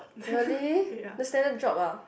really the standard drop ah